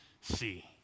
see